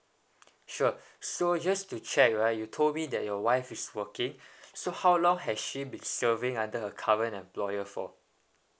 sure so just to check right you told me that your wife is working so how long has she been serving under her current employer for